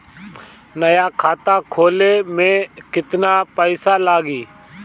नया खाता खोले मे केतना पईसा लागि?